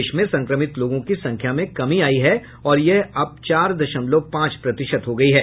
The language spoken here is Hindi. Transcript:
देश में संक्रमित लोगों की संख्या में कमी आई है और यह अब चार दशमलव पांच प्रतिशत हो गई है